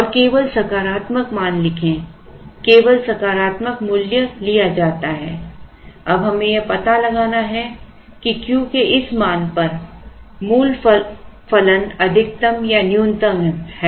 और केवल सकारात्मक मान लिखें केवल सकारात्मक मूल्य लिया जाता है अब हमें यह पता लगाना है कि Q के इस मान पर मूल फलन अधिकतम या न्यूनतम है